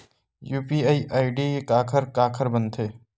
UPI ID काखर काखर बनथे?